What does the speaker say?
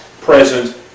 present